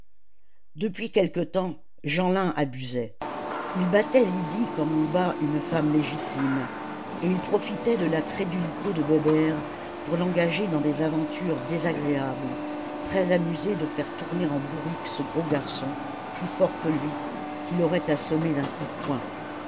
depuis quelque temps jeanlin abusait il battait lydie comme on bat une femme légitime et il profitait de la crédulité de bébert pour l'engager dans des aventures désagréables très amusé de faire tourner en bourrique ce gros garçon plus fort que lui qui l'aurait assommé d'un coup de poing